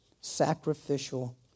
Sacrificial